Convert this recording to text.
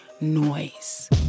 noise